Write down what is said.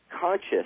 conscious